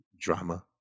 drama